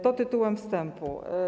To tytułem wstępu.